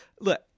look